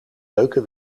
leuke